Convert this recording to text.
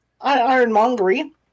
ironmongery